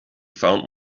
found